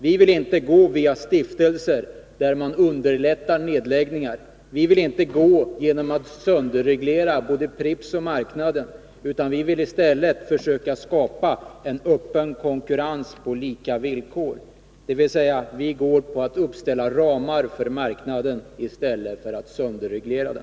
Vi vill inte gå via stiftelser där man underlättar nedläggningar eller genom sönderregleringar av både Pripps och marknaden, utan vi vill i stället försöka skapa en öppen konkurrens på lika villkor. Vi går alltså efter linjen att uppställa ramar för marknaden i stället för att sönderreglera den.